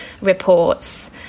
reports